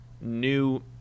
new